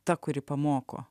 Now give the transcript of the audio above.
ta kuri pamoko